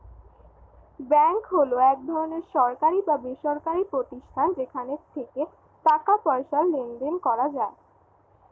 bank হলো এক ধরনের সরকারি বা বেসরকারি প্রতিষ্ঠান যেখানে টাকা পয়সার লেনদেন করা যায়